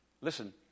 listen